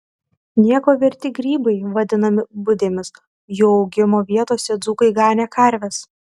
nieko verti grybai vadinami budėmis jų augimo vietose dzūkai ganė karves